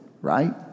right